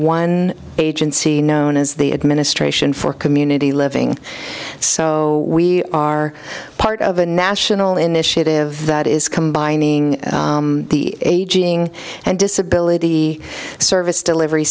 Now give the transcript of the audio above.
one agency known as the administration for community living so we are part of a national initiative that is combining the aging and disability service delivery